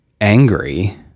angry